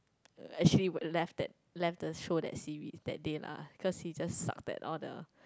actually left that left the show that see we that day lah cause she just start that all the